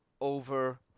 over